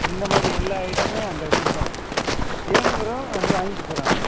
இந்த மாதிரி எல்லா ஐட்டமும் அங்கே வெச்சுருப்பேன் வேணுங்கறவோ வந்து வாங்கிட்டுப் போகிறாங்க